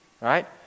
Right